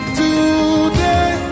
today